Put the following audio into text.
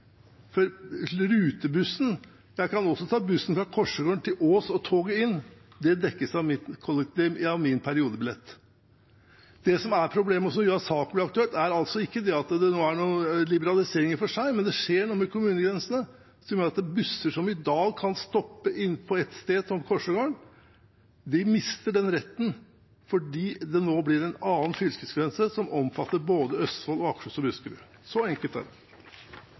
Jeg kan også ta bussen fra Korsegården til Ås og så ta toget inn. Det dekkes av min periodebillett. Det som er problemet, og som gjør at saken blir aktuell, er ikke at det nå blir liberalisering – i og for seg – men det skjer noe med kommunegrensene som gjør at busser som i dag kan stoppe inne på et sted, som Korsegården, mister den retten, fordi det nå blir en annen fylkesgrense, som omfatter både Østfold, Akershus og Buskerud. Så enkelt